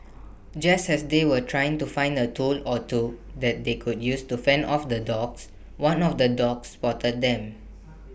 just as they were trying to find A tool or two that they could use to fend off the dogs one of the dogs spotted them